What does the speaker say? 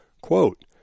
Quote